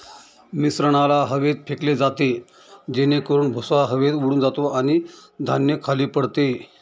मिश्रणाला हवेत फेकले जाते जेणेकरून भुसा हवेत उडून जातो आणि धान्य खाली पडते